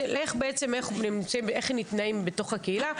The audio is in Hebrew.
איך הם נטמעים בתוך הקהילה.